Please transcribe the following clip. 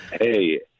Hey